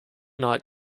night